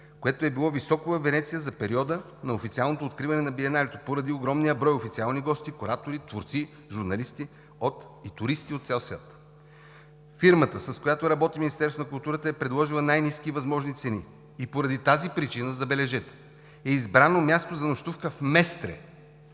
което е било високо за периода на официалното откриване на Биеналето във Венеция, поради огромния брой официални гости, куратори, творци, журналисти и туристи от цял свят. Фирмата, с която работи Министерството на културата, е предложила най-ниски възможни цени и поради тази причина, забележете, е избрано място за нощувка в Местре,